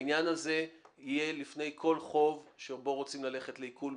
העניין הזה יהיה לפני כל חוב שבו רוצים ללכת לעיקול,